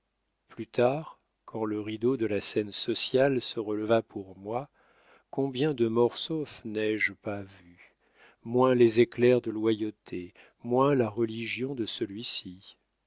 plus tard quand le rideau de la scène sociale se releva pour moi combien de mortsauf n'ai-je pas vus moins les éclairs de loyauté moins la religion de celui-ci